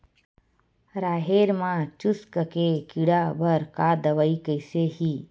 राहेर म चुस्क के कीड़ा बर का दवाई कइसे ही?